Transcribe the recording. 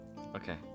Okay